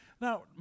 now